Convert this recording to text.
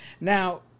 now